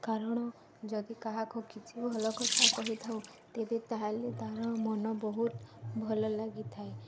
କାରଣ ଯଦି କାହାକୁ କିଛି ଭଲ କଥା କହିଥାଉ ତେବେ ତା'ହେଲେ ତା'ର ମନ ବହୁତ ଭଲ ଲାଗିଥାଏ